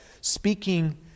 speaking